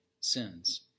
sins